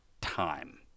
time